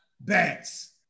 bats